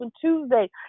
Tuesday